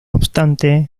obstante